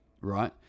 right